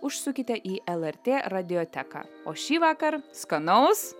užsukite į lrt radioteką o šįvakar skanaus